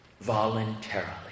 voluntarily